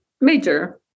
major